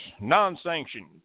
Non-sanctioned